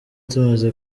tumaze